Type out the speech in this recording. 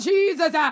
Jesus